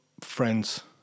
friends